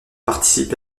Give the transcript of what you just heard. participent